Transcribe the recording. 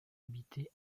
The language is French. habité